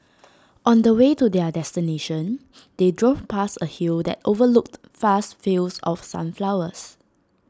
on the way to their destination they drove past A hill that overlooked vast fields of sunflowers